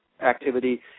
activity